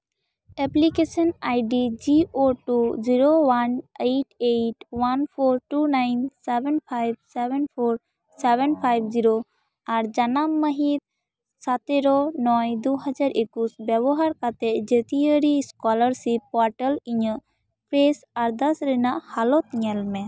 application ID G O two zero one eight eight one four two nine seven five seven four seven five zero ᱟᱨ ᱡᱟᱱᱟᱢ ᱢᱟᱹᱦᱤᱛ ᱥᱟᱛᱮᱨᱳ ᱱᱚᱭ ᱫᱩ ᱦᱟᱡᱟᱨ ᱮᱠᱩᱥ ᱵᱮᱵᱚᱦᱟᱨ ᱠᱟᱛᱮᱫ ᱡᱟᱹᱛᱤᱭᱟᱹᱨᱤ ᱥᱠᱚᱞᱟᱨᱥᱤᱯ ᱯᱳᱨᱴᱟᱞ ᱤᱧᱟᱹᱜ ᱯᱮᱡ ᱟᱨᱫᱟᱥ ᱨᱮᱱᱟᱜ ᱦᱟᱞᱚᱛ ᱧᱮᱞ ᱢᱮ